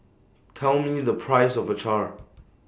Tell Me The Price of Acar